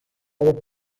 vez